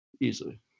Easily